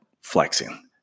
flexing